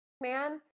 man